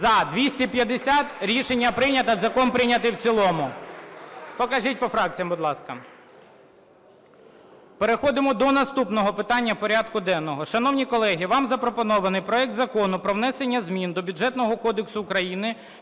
За-250 Рішення прийнято. Закон прийнятий в цілому. Покажіть по фракціям, будь ласка. Переходимо до наступного питання порядку денного. Шановні колеги, вам запропонований проект Закону про внесення змін до Бюджетного кодексу України